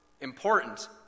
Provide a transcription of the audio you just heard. important